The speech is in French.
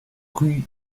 rue